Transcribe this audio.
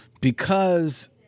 because-